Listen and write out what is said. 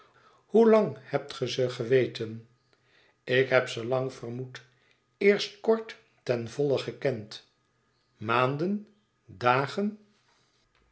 hoelang hebt ge ze geweten ik heb ze lang vermoed eerst kort ten volle gekend maanden dagen